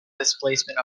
displacement